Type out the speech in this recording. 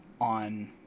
on